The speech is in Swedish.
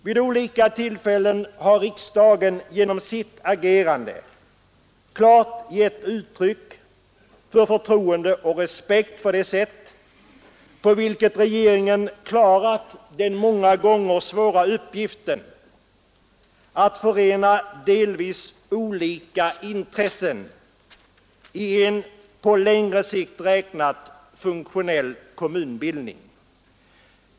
Vid olika tillfällen har riksdagen genom sitt agerande klart gett uttryck för förtroende och respekt för det sätt på vilket regeringen klarat den många gånger svåra uppgiften att förena delvis olika intressen i en — på längre sikt räknat — funktionell kommunbildning.